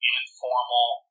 informal